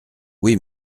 oui